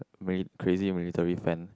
mili~ crazy military friend